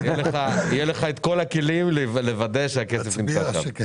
יהיו לך את כל הכלים לוודא שהכסף נמצא שם.